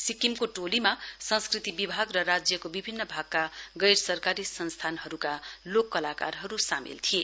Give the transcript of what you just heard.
सिक्किमको टोलीमा संस्कृति विभाग र राज्यको विभिन्न भागका गैर सरकारी संस्थानहरुका लोक कलाकारहरु सामेल थिए